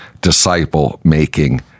disciple-making